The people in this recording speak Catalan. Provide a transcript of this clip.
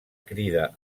crida